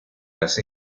las